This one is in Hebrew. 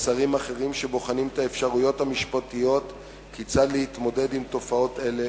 ושרים אחרים שבוחנים את האפשרויות המשפטיות כיצד להתמודד עם תופעות אלה,